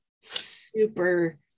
super